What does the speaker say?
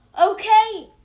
Okay